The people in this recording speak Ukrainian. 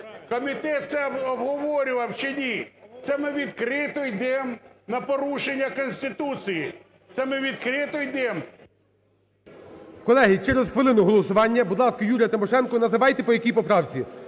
Комітет це обговорював чи ні? Це ми відкрито йдемо на порушення Конституції, це ми відкрито йдемо… ГОЛОВУЮЧИЙ. Колеги, через хвилину голосування. Будь ласка, Юрій Тимошенко, називайте, по якій поправці.